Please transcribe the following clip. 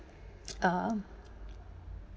uh